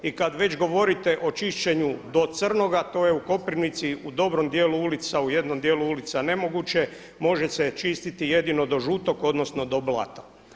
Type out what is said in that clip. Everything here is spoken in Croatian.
I kada već govorite o čišćenju do crnoga, to je u Koprivnici u dobrom dijelu ulica, u jednom dijelu ulica nemoguće, može se čistiti jedino do žutog, odnosno do blata.